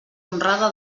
honrada